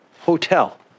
hotel